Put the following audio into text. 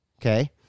okay